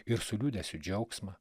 ir su liūdesiu džiaugsmą